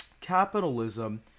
capitalism